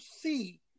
see